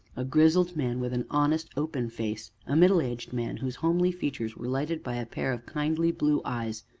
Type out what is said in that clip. a grizzled man with an honest, open face, a middle-aged man whose homely features were lighted by a pair of kindly blue eyes,